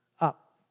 up